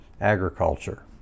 agriculture